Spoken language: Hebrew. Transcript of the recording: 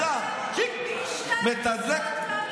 צ'יק וטס.